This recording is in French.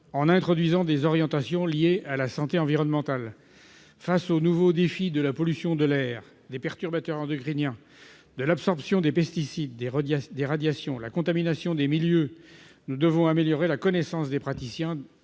en introduisant des orientations liées à la santé environnementale. Eu égard aux nouveaux défis liés à la pollution de l'air, aux perturbateurs endocriniens, à l'absorption de pesticides, aux radiations, à la contamination des milieux, nous devons améliorer la formation des praticiens